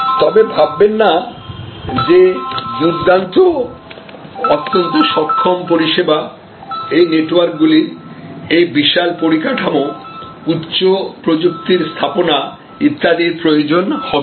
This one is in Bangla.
তবে ভাববেন না যে দুর্দান্ত অত্যন্ত সক্ষম পরিষেবা নেটওয়ার্কগুলির এই বিশাল পরিকাঠামো উচ্চ প্রযুক্তির স্থাপনা ইত্যাদির প্রয়োজন হবেই